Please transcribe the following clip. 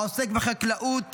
העוסק בחקלאות